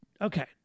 Okay